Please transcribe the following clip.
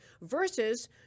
versus